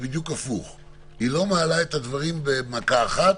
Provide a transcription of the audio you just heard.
הם אומרים שהתפקיד של הרשויות המקומיות,